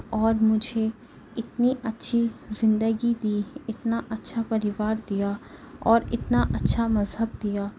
اور مجھے اتنی اچھی زندگی دی اِتنا اچھا پریوار دیا اور اتنا اچھا مذہب دیا